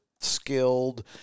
skilled